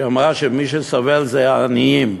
שאמרה שמי שסובל אלה העניים.